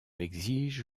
exige